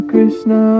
Krishna